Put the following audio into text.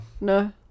No